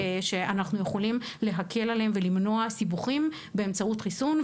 שאנחנו יכולים להקל עליהם ולמנוע מהם סיבוכים באמצעות חיסון,